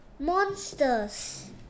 Monsters